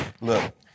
look